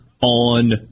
on